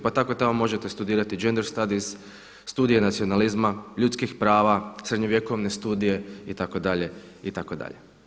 Pa tako tamo možete studirati genere studies, studije nacionalizma, ljudskih prava, srednjovjekovne studije itd., itd.